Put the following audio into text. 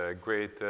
great